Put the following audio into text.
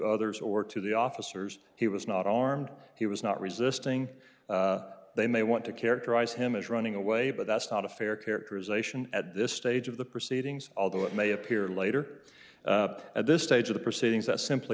others or to the officers he was not armed he was not resisting they may want to characterize him as running away but that's not a fair characterization at this stage of the proceedings although it may appear later at this stage of the proceedings that's simply